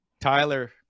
Tyler